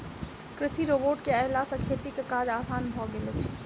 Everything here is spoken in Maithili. कृषि रोबोट के अयला सॅ खेतीक काज आसान भ गेल अछि